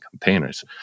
containers